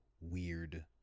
weird